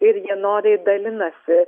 ir jie noriai dalinasi